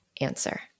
answer